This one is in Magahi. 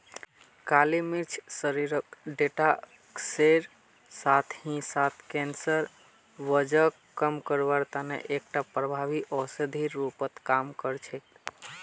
काली मिर्च शरीरक डिटॉक्सेर साथ ही साथ कैंसर, वजनक कम करवार तने एकटा प्रभावी औषधिर रूपत काम कर छेक